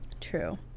True